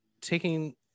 taking